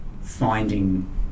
finding